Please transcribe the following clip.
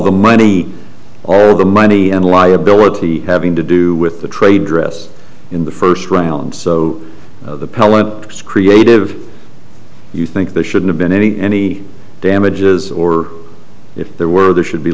the money or the money and liability having to do with the trade dress in the first round so the pellet creative you think that should have been any any damages or if there were there should be